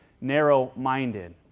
narrow-minded